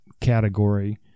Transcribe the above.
category